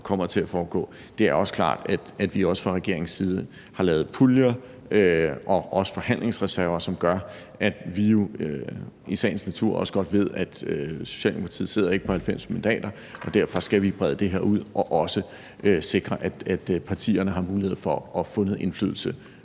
kommer til at foregå. Vi har fra regeringens side lavet puljer og også forhandlingsreserver, for vi ved jo i sagens natur godt, at Socialdemokratiet ikke sidder på 90 mandater, og derfor skal vi brede det her ud og også sikre, at partierne har mulighed for at få noget indflydelse